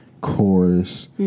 chorus